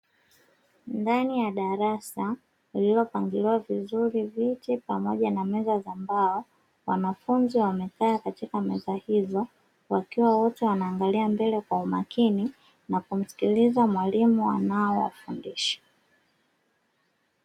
Ndani ya darasa lililopangiliwa vizuri viti pamoja na meza za mbao, wanafunzi wamekaa katika meza hizo wakiwa wote wanangalia mbele kwa umakini na kumsikiliza mwalimu anayewafundisha.